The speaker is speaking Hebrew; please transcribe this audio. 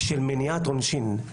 מתייחסים למניעת עונשין.